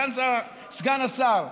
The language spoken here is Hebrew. סגן השר,